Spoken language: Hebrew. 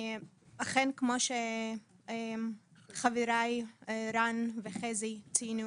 אכן, כמו שחבריי רן וחזי ציינו